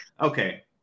Okay